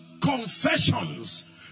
confessions